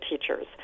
teachers